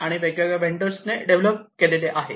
आणि ते वेगवेगळ्या वेंडर्स ने डेव्हलप केलेले आहेत